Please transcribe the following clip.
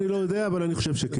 אני לא יודע, אבל אני חושב שכן.